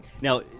Now